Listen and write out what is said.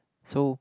so